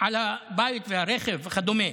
על הבית, הרכב וכדומה.